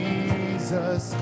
Jesus